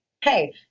Hey